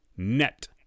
net